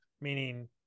meaning